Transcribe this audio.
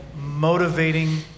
motivating